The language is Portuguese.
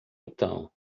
então